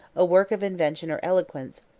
a work of invention or eloquence,